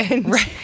Right